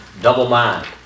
double-mind